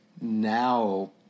now